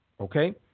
Okay